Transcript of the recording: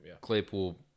Claypool